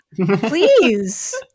please